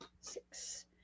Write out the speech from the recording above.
six